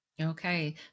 Okay